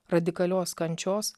radikalios kančios